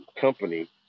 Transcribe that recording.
company